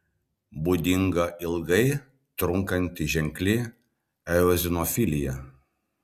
būdinga ilgai trunkanti ženkli eozinofilija